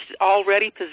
already